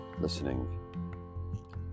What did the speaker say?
listening